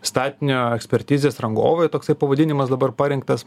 statinio ekspertizės rangovui toksai pavadinimas dabar parinktas